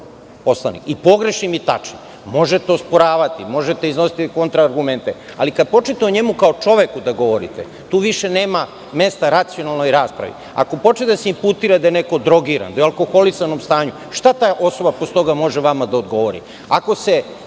i pogrešnim i tačnim, možete osporavati, možete iznositi kontra argumente, ali kada počnete o njemu da govoriti kao o čoveku, tu više nema mesta racionalnoj raspravi. Ako počne da se inputira da je neko drogiran, da je u alkoholisanom stanju, šta ta osoba posle toga može vama da odgovori. Hteo